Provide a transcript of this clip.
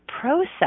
process